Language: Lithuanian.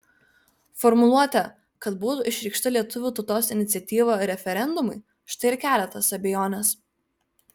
formuluotė kad būtų išreikšta lietuvių tautos iniciatyva referendumui štai ir kelia tas abejones